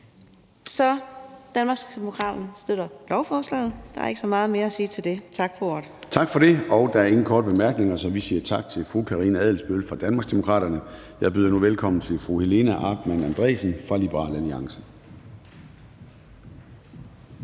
Så Danmarksdemokraterne støtter lovforslaget. Der er ikke så meget mere at sige til det. Tak for ordet. Kl. 14:21 Formanden (Søren Gade): Der er ingen korte bemærkninger, så vi siger tak til fru Karina Adsbøl fra Danmarksdemokraterne. Jeg byder nu velkommen til fru Helena Artmann Andresen fra Liberal Alliance.